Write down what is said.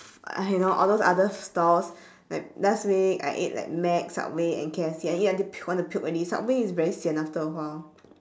you know all those other stalls like last week I ate like mac subway and K_F_C I eat until puke wanna puke already subway is very sian after a while